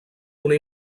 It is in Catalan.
una